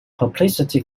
publicity